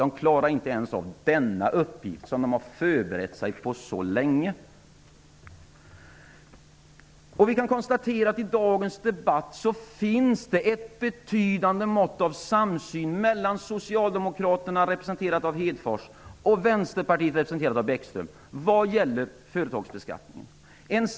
Man klarade inte ens denna uppgift, som man hade förberett sig på så länge. Vi kan konstatera att det i dagens debatt finns ett betydande mått av samsyn mellan Socialdemokraterna, representerat av Hedfors, och Vänsterpartiet, representerat av Bäckström, vad gäller företagsbeskattning.